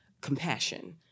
compassion